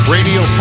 Radio